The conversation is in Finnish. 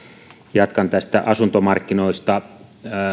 jatkan näistä asuntomarkkinoista